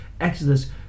Exodus